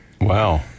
Wow